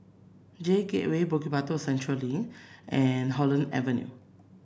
J Gateway Bukit Batok Central Link and Holland Avenue